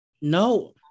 No